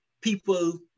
people